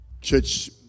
church